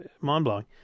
Mind-blowing